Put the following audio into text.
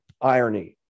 irony